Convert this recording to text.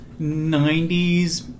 90s